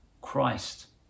Christ